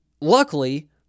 Luckily